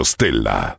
Stella